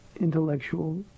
intellectual